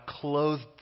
clothed